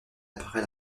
après